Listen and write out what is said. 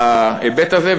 בהיבט הזה.